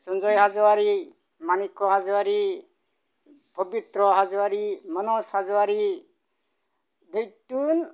Sanjay Hajowary Manik' Hajowary Phabithra' Hajowary Manas Hajowary